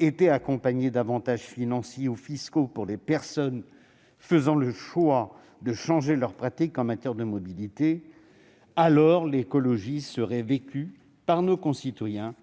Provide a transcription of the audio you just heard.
étaient accompagnées d'avantages financiers ou fiscaux pour les personnes faisant le choix de changer leurs pratiques en matière de mobilités, l'écologie serait vécue par nos concitoyens